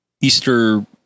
Easter